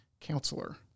counselor